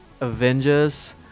Avengers